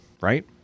right